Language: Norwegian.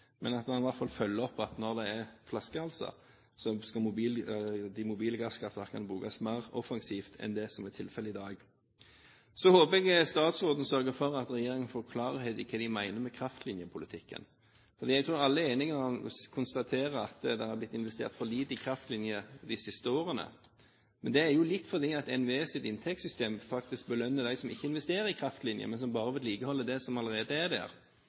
Men jeg håper at man i hvert fall følger opp at når det er flaskehalser, skal de mobile gasskraftverkene brukes mer offensivt enn det som er tilfellet i dag. Så håper jeg statsråden sørger for at regjeringen får klarhet i hva de mener med kraftlinjepolitikken. Jeg tror alle er enige om og kan konstatere at det er blitt investert for lite i kraftlinjer de siste årene, men det er jo litt fordi NVEs inntektssystem faktisk belønner dem som ikke investerer i kraftlinjer, men som bare vedlikeholder det som allerede er der.